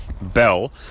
bell